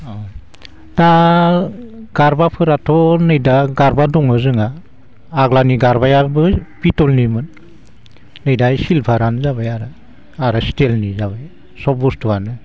अ दा गारबाफोराथ' नै दा गारबा दङ जोंहा आगोलनि गारबायाबो पिटलनिमोन नै दा सिलभारानो जाबाय आरो आरो स्टिलनि जाबाय सब बुस्थुआनो